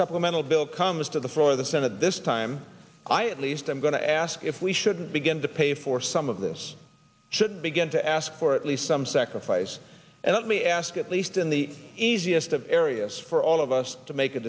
supplemental bill comes to the floor of the senate this time i at least i'm going to ask if we shouldn't begin to pay for some of this should begin to ask for at least some sacrifice and let me ask at least in the easiest of areas for all of us to make a